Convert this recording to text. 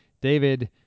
David